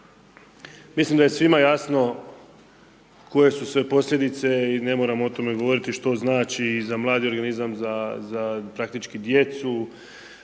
mislim da je svima jasno koje su sve posljedice i ne moramo o tome govoriti što znači i za mladi organizam, za, za praktički djecu,